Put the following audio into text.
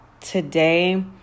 today